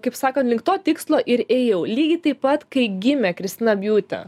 kaip sakant link to tikslo ir ėjau lygiai taip pat kai gimė kristina bjūte